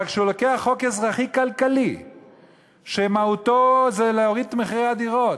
אבל כשהוא לוקח חוק אזרחי-כלכלי שמהותו היא להוריד את מחירי הדירות,